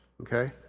okay